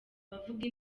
abavuga